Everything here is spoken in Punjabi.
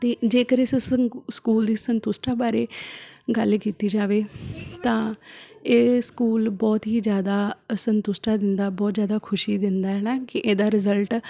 ਅਤੇ ਜੇਕਰ ਇਸ ਸੰਕੂ ਸਕੂਲ ਦੀ ਸੰਤੁਸ਼ਟਤਾ ਬਾਰੇ ਗੱਲ ਕੀਤੀ ਜਾਵੇ ਤਾਂ ਇਹ ਸਕੂਲ ਬਹੁਤ ਹੀ ਜ਼ਿਆਦਾ ਸੰਤੁਸ਼ਟਤਾ ਦਿੰਦਾ ਬਹੁਤ ਜ਼ਿਆਦਾ ਖੁਸ਼ੀ ਦਿੰਦਾ ਹੈ ਨਾ ਕਿ ਇਹਦਾ ਰਿਜਲਟ